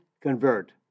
convert